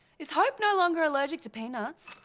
is hope no longer allergic to peanuts?